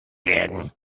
werden